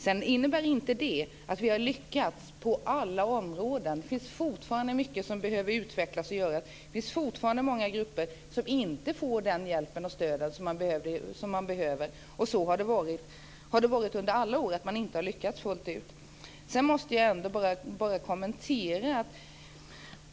Detta innebär dock inte att vi har lyckats på alla områden. Det finns fortfarande mycket som behöver utvecklas och göras. Det finns fortfarande många grupper som inte får den hjälp och det stöd man behöver. Så har det varit under alla år. Man har inte lyckats fullt ut. Sedan måste jag bara göra en kommentar.